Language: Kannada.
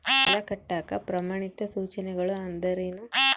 ಸಾಲ ಕಟ್ಟಾಕ ಪ್ರಮಾಣಿತ ಸೂಚನೆಗಳು ಅಂದರೇನು?